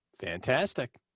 Fantastic